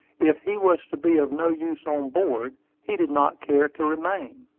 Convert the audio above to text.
if he was to be of no use on board he did not care to remain.